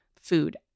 food